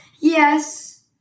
Yes